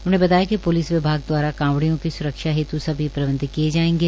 उन्होंने बताया कि पुलिस विभाग द्वारा कावड़ियों की सुरक्षा हेत् सभी प्रबंध किए जायेंगे